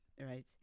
right